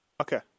Okay